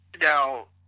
Now